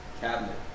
cabinet